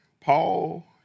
Paul